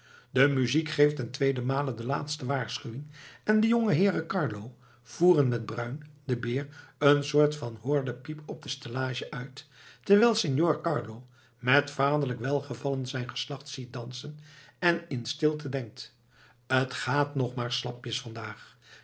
de muziek geeft ten tweeden male de laatste waarschuwing en de jongeheeren carlo voeren met bruin den beer een soort van horlepijp op de stellage uit terwijl signor carlo met vaderlijk welgevallen zijn geslacht ziet dansen en in stilte denkt t gaat nog maar slapjes vandaag